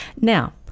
Now